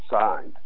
signed